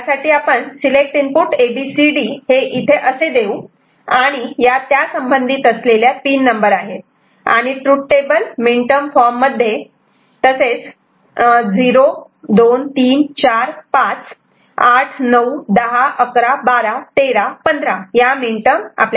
त्यासाठी आपण select input ABCD हे इथे असे देऊ आणि या त्या संबंधित असलेल्या पिन नंबर आहेत आणि truth table min term form मध्ये आणि 0 2 3 4 5 8 9 10 11 12 13 15 या मिन टर्म आहेत